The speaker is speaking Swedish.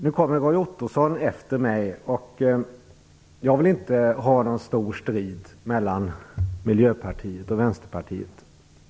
Nu står Roy Ottosson på tur efter mig, och jag vill inte ha någon stor strid mellan Miljöpartiet och Vänsterpartiet.